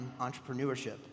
entrepreneurship